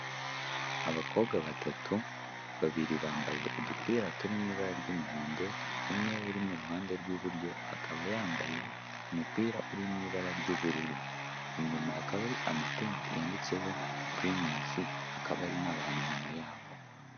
Abakobwa batatu, babiri bambaye udupira turi mu ibara ry'umuhondo, umwe uri mu ruhande rw'iburyo akaba yambaye umupira uri mu ibara ry'ubururu, inyuma hakaba hari amatente yanditseho pirimusi, hakaba ari n'abantu inyuma yabo.